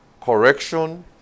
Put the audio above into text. correction